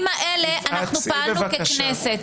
בימים האלה פעלנו ככנסת.